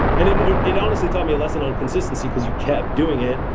and and um it honestly taught me a lesson on consistency cause you kept doing it.